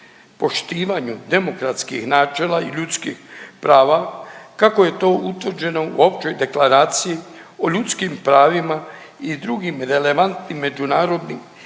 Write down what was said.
poštivanju demokratskih načela i ljudskih prava kako je to utvrđeno u Općoj deklaraciji o ljudskim pravima i drugim relevantnim međunarodnim